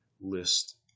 list